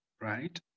right